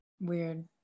weird